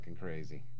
crazy